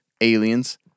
Aliens